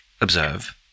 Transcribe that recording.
Observe